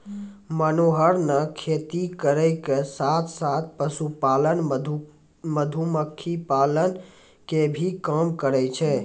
मनोहर नॅ खेती करै के साथॅ साथॅ, पशुपालन, मधुमक्खी पालन के भी काम करै छै